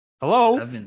Hello